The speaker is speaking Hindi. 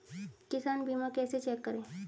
किसान बीमा कैसे चेक करें?